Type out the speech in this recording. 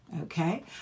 Okay